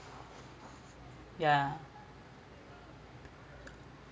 yeah